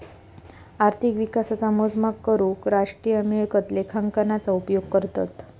अर्थिक विकासाचा मोजमाप करूक राष्ट्रीय मिळकत लेखांकनाचा उपयोग करतत